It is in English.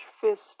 fist